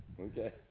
Okay